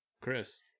Chris